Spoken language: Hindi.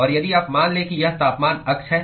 और यदि आप मान लें कि यह तापमान अक्ष है